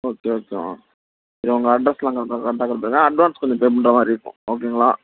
okay ஓகேம்மா சரி உங்கள் அட்ரஸ்லாம் கரெக்டாக கரெக்டாக கொடுத்துருங்க அட்வான்ஸ் கொஞ்சம் பே பண்ணுற மாதிரி இருக்கும் ஓகேங்களா